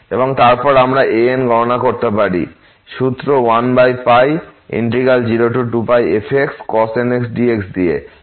এবং তারপর আমরা an গণনা করতে পারি সূত্র 102πfxcos nx dx দিয়ে